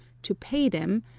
to pay them,